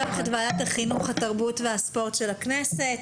החינוך, התרבות והספורט של הכנסת.